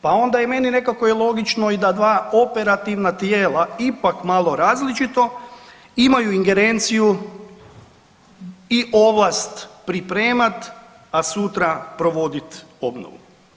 Pa onda je i meni nekako i logično da dva operativna tijela ipak malo različito imaju ingerenciju i ovlast pripremat, a sutra provodit obnovu.